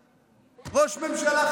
ראש ממשלה חלופי.